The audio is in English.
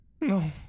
No